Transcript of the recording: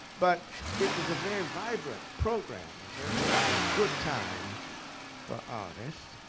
but it was a very vibrant program, a very ah good time for artists.